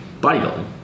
bodybuilding